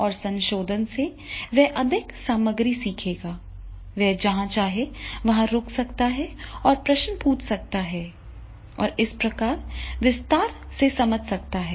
और संशोधन से वह अधिक सामग्री सीखेगा वह जहाँ चाहे वहाँ रुक सकता है और प्रश्न पूछ सकता है और इस प्रकार विस्तार से समझ सकता है